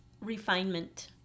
refinement